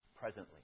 presently